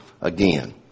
again